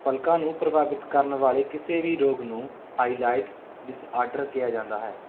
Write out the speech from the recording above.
ਪਲਕਾਂ ਨੂੰ ਪ੍ਰਭਾਵਿਤ ਕਰਨ ਵਾਲੇ ਕਿਸੇ ਵੀ ਰੋਗ ਨੂੰ ਆਈਲਿਡ ਡਿਸਆਰਡਰ ਕਿਹਾ ਜਾਂਦਾ ਹੈ